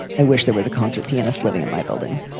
i wish there was a concert pianist living in my building.